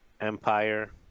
Empire